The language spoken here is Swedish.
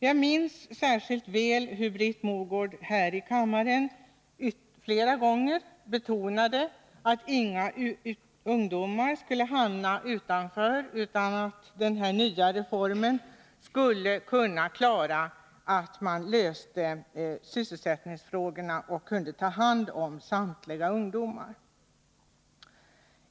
Jag minns särskilt väl hur Britt Mogård här i kammaren flera gånger betonade att inga ungdomar skulle hamna utanför, utan att den nya reformen skulle kunna lösa sysselsättningsfrågorna. Man skulle kunna ta hand om samtliga ungdomar.